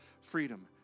freedom